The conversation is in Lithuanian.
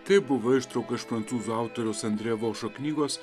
tai buvo ištrauka iš prancūzų autoriaus andrė vošo knygos